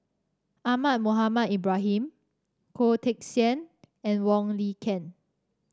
Ahmad Mohamed Ibrahim Goh Teck Sian and Wong Lin Ken